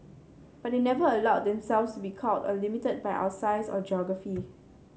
but they never allowed themselves to be cowed or limited by our size or geography